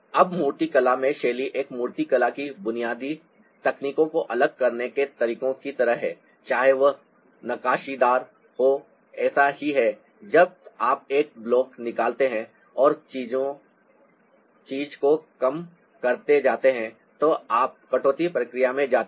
अब मूर्तिकला में शैली एक मूर्तिकला की बुनियादी तकनीकों को अलग करने के तरीकों की तरह है चाहे वह नक्काशीदार हो ऐसा ही है जब आप एक ब्लॉक निकालते हैं और चीज़ को कम करके जाते हैं तो आप कटौती प्रक्रिया से जाते हैं